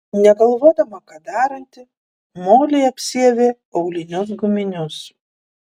negalvodama ką daranti molė apsiavė aulinius guminius